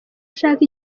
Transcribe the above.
ashaka